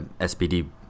SPD